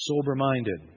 Sober-minded